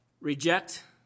reject